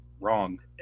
wrong